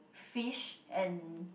fish and